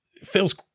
feels